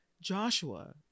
Joshua